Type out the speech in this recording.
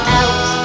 else